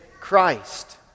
Christ